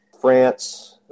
France